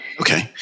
Okay